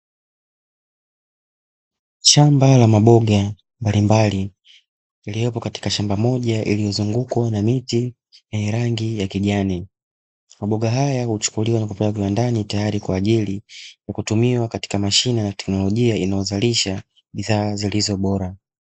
Shamba la maboga mbalimbali yaliyopo katika shamba moja lililozungukwa na miti yenye rangi ya kijani, maboga haya huchukuliwa na kupelekwa kiwandani tayari kwa ajili ya kutumiwa katika mashine na teknolojia inayozalisha bidhaa zilizo bora.